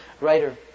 writer